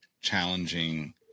challenging